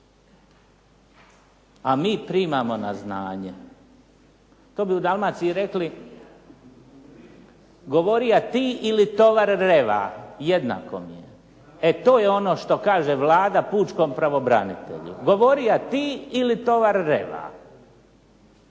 A mi primamo na znanje. To bi u Dalmaciji rekli "Govorija ti ili tovar reva, jednako mi je.". E to je ono što kaže Vlada pučkom pravobranitelju govorija ti ili tovar reva,